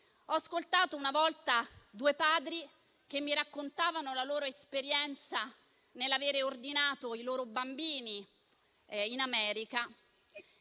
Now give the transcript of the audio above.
Ho ascoltato una volta due padri che mi raccontavano la loro esperienza nell'avere ordinato i loro bambini in America